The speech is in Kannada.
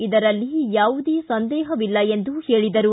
ಇದರಲ್ಲಿ ಯಾವುದೇ ಸಂದೇಹವಿಲ್ಲ ಎಂದು ಹೇಳಿದರು